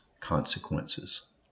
consequences